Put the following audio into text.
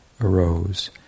arose